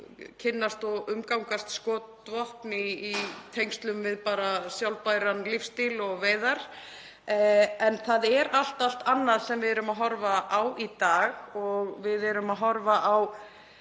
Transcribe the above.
og umgangast þau í tengslum við bara sjálfbæran lífsstíl og veiðar, en það er allt annað sem við erum að horfa á í dag. Við erum að horfa á,